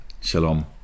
shalom